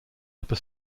upper